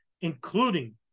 including